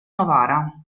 novara